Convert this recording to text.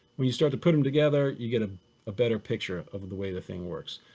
when you start to put them together, you get ah a better picture of the way the thing works.